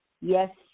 Yes